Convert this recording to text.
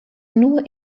nur